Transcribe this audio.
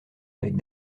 avec